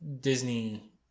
Disney